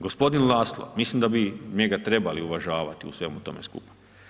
Gospodin Laszlo, mislim da bi njega trebali uvažavati u svemu tome skupa.